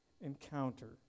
encounter